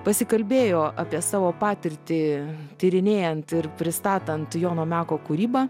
pasikalbėjo apie savo patirtį tyrinėjant ir pristatant jono meko kūrybą